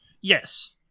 Yes